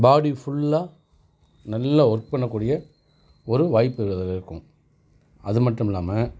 பாடி ஃபுல்லாக நல்லா ஒர்க் பண்ணக்கூடிய ஒரு வாய்ப்பு அதில் இருக்கும் அதுமட்டும் இல்லாமல்